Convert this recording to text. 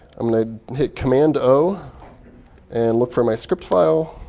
i'm going to hit command-o and look for my script file.